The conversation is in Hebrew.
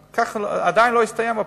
עדיין לא הסתיימה הפרשה.